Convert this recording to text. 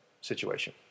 situation